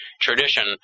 tradition